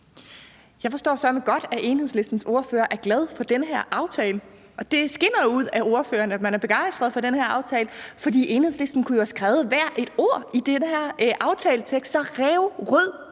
Jeg forstår søreme godt, at Enhedslistens ordfører er glad for den her aftale, og det skinner jo ud af ordføreren, at man er begejstret for den her aftale, for Enhedslisten kunne have skrevet hvert et ord i den her aftaletekst, så ræverød